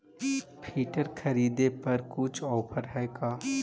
Filter खरिदे पर कुछ औफर है का?